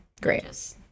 Great